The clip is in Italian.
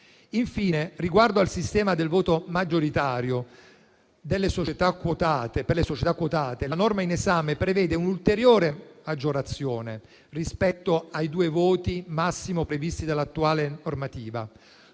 Infine, riguardo al sistema del voto maggioritario per le società quotate, la norma in esame prevede un'ulteriore maggiorazione rispetto ai due voti massimi previsti dall'attuale normativa.